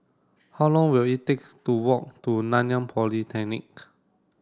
how long will it take to walk to Nanyang Polytechnic